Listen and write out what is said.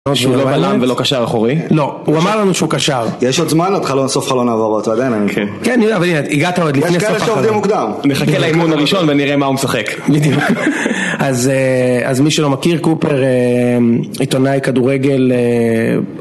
הוא לא בלם ולא קשר אחורי? לא, הוא אמר לנו שהוא קשר. יש עוד זמן לחלון סוף חלון העברות, ועדיין אני כאילו כן, אבל הנה, הגעת עוד לפי הסוף החלון יש כאלה שעובדים מוקדם.ף נחכה לאימון הראשון ונראה מה הוא משחק. בדיוק אז מי שלא מכיר קופר, עיתונאי כדורגל